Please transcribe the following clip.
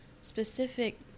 specific